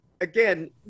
again